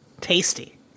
Tasty